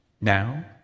now